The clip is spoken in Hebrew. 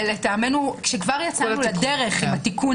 ולטעמנו כשכבר כשיצאנו לדרך עם התיקון